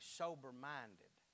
sober-minded